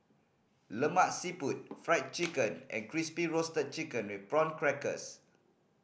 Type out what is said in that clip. Lemak Siput Fried Chicken and Crispy Roasted Chicken with Prawn Crackers